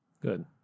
Good